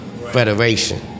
Federation